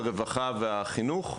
הרווחה והחינוך.